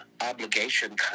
obligation